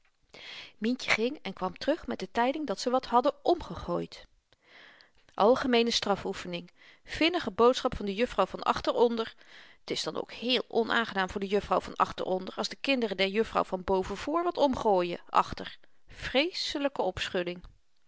myntje ging en kwam terug met de tyding dat ze wat hadden omgegooid algemeene strafoefening vinnige boodschap van de juffrouw van achter onder t is dan ook heel onaangenaam voor de juffrouw van achter onder als de kinderen der juffrouw van boven voor wat omgooien achter vreeselyke